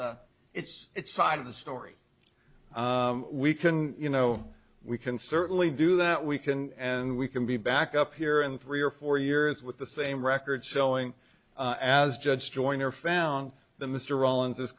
with its side of the story we can you know we can certainly do that we can and we can be back up here in three or four years with the same record showing as judge joyner found the mr rollins